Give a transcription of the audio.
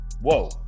Whoa